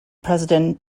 president